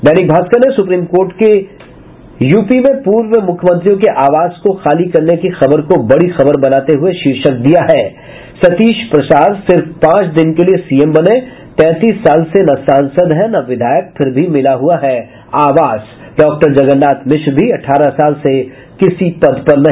दैनिक भास्कर ने supreme court के UP में पूर्व मुख्यमंत्रियों के आवास को खाली करने की खबर को बड़ी खबर बनाते हुये शीर्षक दिया है सतीश प्रसाद सिर्फ पांच दिन के लिए सीएम बने तैंतीस साल से न सांसद हैं न विधायक फिर भी मिला हुआ है आवास डॉक्टर जगन्नाथ मिश्र भी अठारह साल से किसी पद पर नहीं